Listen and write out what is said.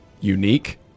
unique